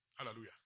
Hallelujah